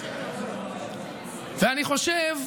אני חושב,